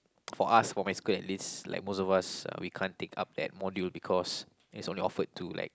for us for my school at least like most of us we can't take up that module because it's only offered to like